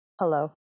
Hello